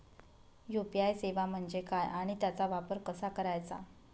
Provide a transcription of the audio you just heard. UPI सेवा म्हणजे काय आणि त्याचा वापर कसा करायचा?